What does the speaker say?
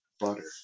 butter